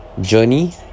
journey